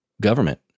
government